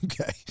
Okay